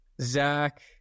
Zach